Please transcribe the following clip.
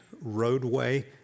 roadway